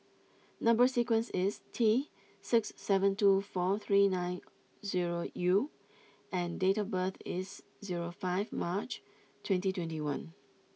number sequence is T six seven two four three nine zero U and date of birth is zero five March twenty twenty one